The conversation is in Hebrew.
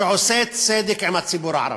שעושה צדק עם הציבור הערבי.